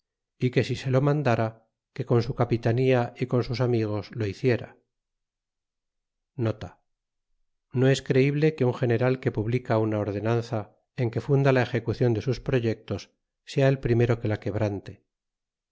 fuerzas que pusieron al remar rompieron las estacadas y se salvaron de lo qual hubo mucho placer cortes no es creible que un general que publica una ordenanza en que funda la ejecucian de sus proyectos sea el primero que la quebrante